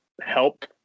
help